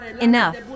Enough